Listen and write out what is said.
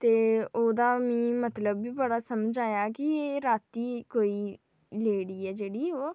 तेऽ ओह्दा मीं मतलब बी बड़ा समझ आया कि एह् राती कोई लेडी ऐ जेह्ड़ी ओह्